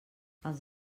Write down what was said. els